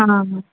ಹಾಂ